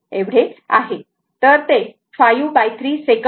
तर ते 53 सेकंद